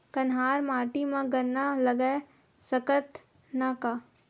कन्हार माटी म गन्ना लगय सकथ न का?